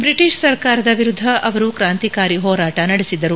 British ಸರ್ಕಾರದ ವಿರುದ್ದ ಅವರು ಕ್ರಾಂತಿಕಾರಿ ಹೋರಾಟ ನಡೆಸಿದ್ದರು